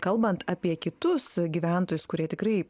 kalbant apie kitus gyventojus kurie tikrai